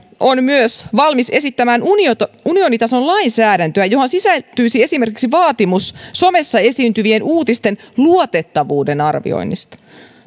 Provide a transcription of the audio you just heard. on myös valmis esittämään unionitason unionitason lainsäädäntöä johon sisältyisi esimerkiksi vaatimus somessa esiintyvien uutisten luotettavuuden arvioinnista